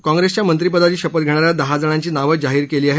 काँप्रेसनं मंत्री पदाची शपथ घेणाऱ्या दहा जणांची नावं जाहीर केली आहेत